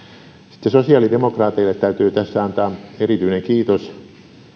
sitten sosiaalidemokraateille täytyy tässä antaa erityinen kiitos